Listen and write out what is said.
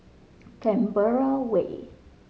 Canberra Way